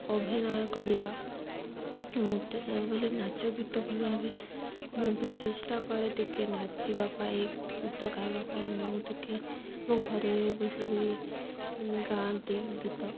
ଅଭିନୟ କରିବା ମତେ ସବୁବେଳେ ନାଚ ଗୀତ ଭଲ ଲାଗେ ମୁଁ ବି ଚେଷ୍ଟା କରେ ଟିକେ ନାଚିବା ପାଇଁ ଗୀତ ଗାଇବା ପାଇଁ ମୁଁ ଟିକେ ମୋ ଘରେ ବସି କରି ଗାଆନ୍ତି ଗୀତ